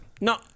No